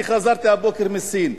אני חזרתי הבוקר מסין.